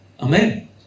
Amen